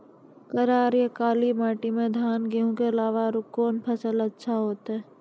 करार या काली माटी म धान, गेहूँ के अलावा औरो कोन फसल अचछा होतै?